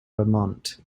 vermont